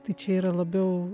tai čia yra labiau